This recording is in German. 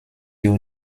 you